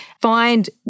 find